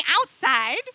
outside